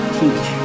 teach